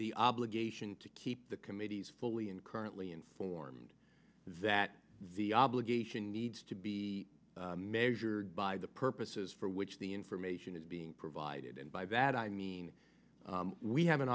the obligation to keep the committees fully in currently informed that the obligation needs to be measured by the purposes for which the information is being provided and by that i mean we have an